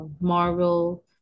Marvel